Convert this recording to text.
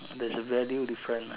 there is a value different mah